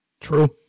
true